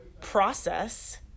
process